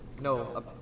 No